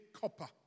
copper